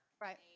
Right